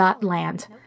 land